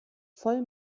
voll